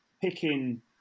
picking